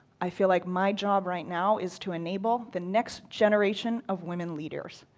i feel like my job right now is to enable the next generation of women leaders.